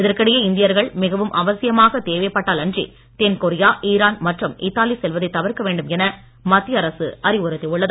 இதற்கிடையே இந்தியர்கள் மிகவும் அவசியமாகத் தேவைப்பட்டால் அன்றி தென்கொரியா ஈரான் மற்றும் இத்தாலி செல்வதை தவிர்க்க வேண்டும் என மத்திய அரசு அறிவுறுத்தியுள்ளது